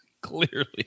Clearly